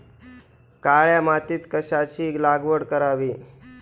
काळ्या मातीत कशाची लागवड करावी?